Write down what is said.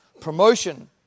Promotion